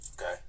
okay